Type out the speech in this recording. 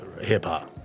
hip-hop